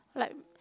like